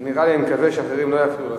אני מקווה שאחרים לא יפריעו לך.